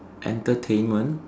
entertainment